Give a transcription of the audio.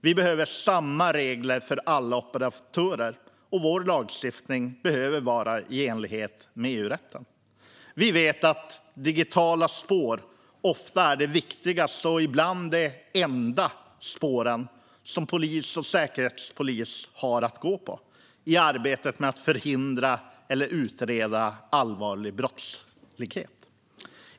Vi behöver samma regler för alla operatörer, och vår lagstiftning behöver vara i enlighet med EU-rätten. Vi vet att digitala spår ofta är de viktigaste och ibland de enda spåren som polis och säkerhetspolis har att gå på i arbetet med att förhindra eller utreda allvarlig brottslighet.